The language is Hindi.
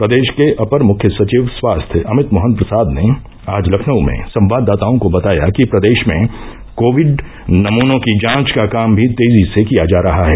प्रदेश के अपर मुख्य सचिव स्वास्थ्य अमित मोहन प्रसाद ने आज लखनऊ में संवाददाताओं को बताया कि प्रदेश में कोविड नमूनों की जांच का काम भी तेजी से किया जा रहा है